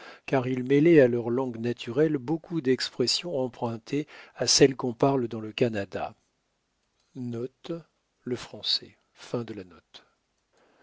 car ils mêlaient à leur langue naturelle beaucoup d'expressions empruntées à celle qu'on parle dans le canada